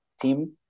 team